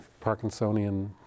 Parkinsonian